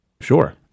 Sure